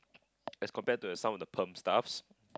as compared to some of the perm staffs